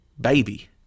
baby